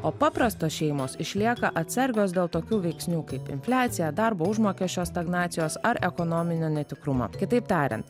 o paprastos šeimos išlieka atsargios dėl tokių veiksnių kaip infliacija darbo užmokesčio stagnacijos ar ekonominio netikrumo kitaip tariant